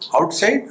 Outside